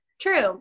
True